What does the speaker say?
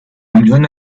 unión